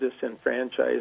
disenfranchised